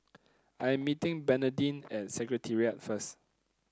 I'm meeting Bernardine at Secretariat first